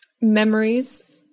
memories